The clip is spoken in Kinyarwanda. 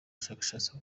bushakashatsi